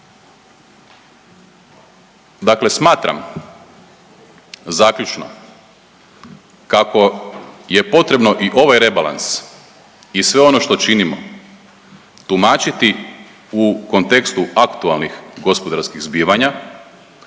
Dakle, smatram zaključno kako je potrebno i ovaj rebalans i sve ono što činimo tumačiti u kontekstu aktualnih gospodarskih zbivanja